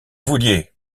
vouliez